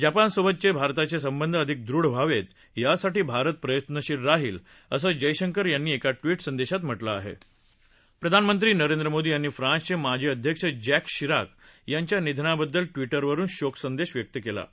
जपानसोबतचे भारताचे संबंध अधिक दृढ व्हावेत यासाठी भारत प्रयत्नशील राहील असं जयशंकर यांनी एका ट्विटमध्ये म्हटलं आहे प्रधानमंत्री नरेंद्र मोदी यांनी फ्रान्सचे माजी अध्यक्ष जॅक्स शिराक यांच्या निधनाबद्दल ट्विटरवरून शोक व्यक्त केला आहे